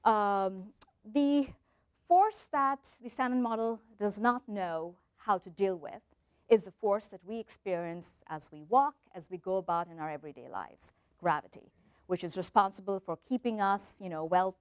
the force that the salmon model does not know how to deal with is a force that we experience as we walk as we go about in our everyday lives gravity which is responsible for keeping us you know we